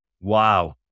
Wow